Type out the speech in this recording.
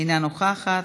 אינה נוכחת,